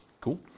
Cool